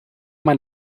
man